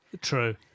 True